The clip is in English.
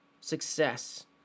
success